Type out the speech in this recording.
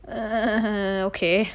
err okay